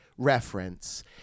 reference